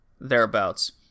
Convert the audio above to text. thereabouts